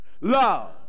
love